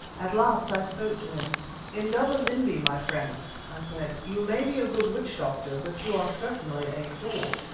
at last i spoke to him indaba-zimbi, my friend, i said, you may be a good witch-doctor, but you are certainly a fool.